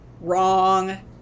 Wrong